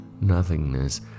nothingness